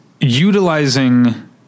utilizing